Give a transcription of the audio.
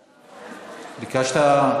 ביקשת.